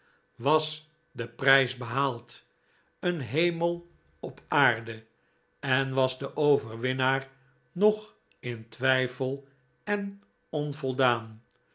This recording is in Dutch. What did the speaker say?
was de prijs behaald een hemel op aarde en was de overwinnaar nog in twijfel en onvoldaan